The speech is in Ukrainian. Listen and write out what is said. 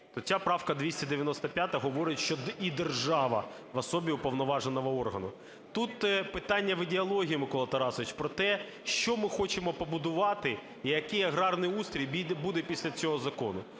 ця правка 295 говорить, що і держава в особі уповноваженого органу. Тут питання і ідеології, Миколо Тарасович, про те, що ми хочемо побудувати, і який аграрний устрій буде після цього закону.